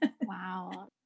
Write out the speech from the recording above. Wow